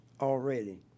already